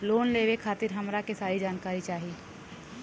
Loan लेवे खातीर हमरा के सारी जानकारी चाही?